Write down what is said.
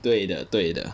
对的对的